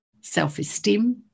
self-esteem